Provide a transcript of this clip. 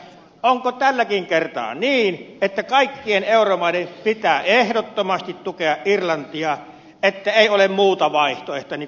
onko tälläkin kertaa niin että kaikkien euromaiden pitää ehdottomasti tukea irlantia että ei ole muuta vaihtoehtoa niin kuin viimeksi sanoitte